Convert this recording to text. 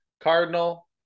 cardinal